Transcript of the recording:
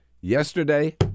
Yesterday